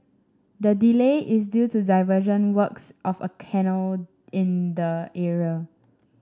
the delay is due to diversion works of a canal in the area